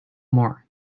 more